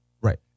right